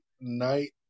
night